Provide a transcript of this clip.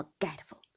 forgetful